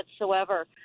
whatsoever